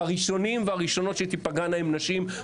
והראשונים והראשונות שתפגענה הן נשים,